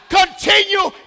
continue